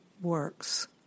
works